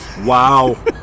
Wow